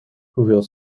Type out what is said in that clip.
hoeveel